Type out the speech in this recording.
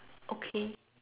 okay